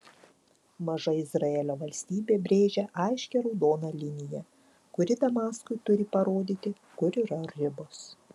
maža izraelio valstybė brėžia aiškią raudoną liniją kuri damaskui turi parodyti kur yra ribos